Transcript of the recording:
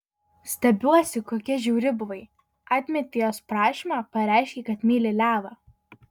stebiuosi kokia žiauri buvai atmetei jos prašymą pareiškei kad myli levą